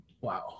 Wow